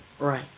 Right